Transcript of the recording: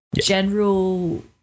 general